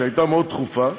שהייתה מאוד דחופה,